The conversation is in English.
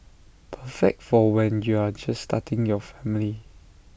perfect for when you're just starting your family